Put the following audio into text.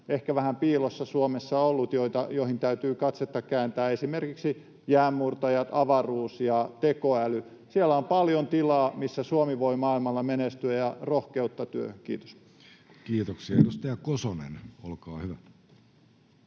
ehkä vähän piilossa Suomessa olleet, joihin täytyy katsetta kääntää, esimerkiksi jäänmurtajat, avaruus ja tekoäly. Siellä on paljon tilaa, missä Suomi voi maailmalla menestyä, ja rohkeutta työhön. — Kiitos. Edustaja Kosonen, olkaa hyvä.